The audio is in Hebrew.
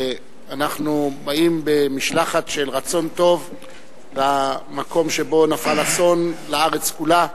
אנחנו באים במשלחת של רצון טוב במקום שבו נפל אסון לארץ כולה.